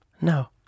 no